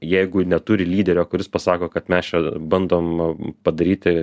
jeigu neturi lyderio kuris pasako kad mes čia bandom padaryti